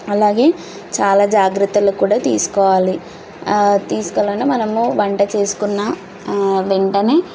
అలాగే చాలా జాగ్రత్తలు కూడా తీసుకోవాలి తీసుకోవాలి మనము వంట చేసుకున్న వెంటనే